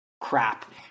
crap